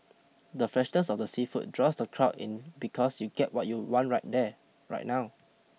the freshness of the seafood draws the crowd in because you'll get what you want right there right now